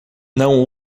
não